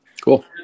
cool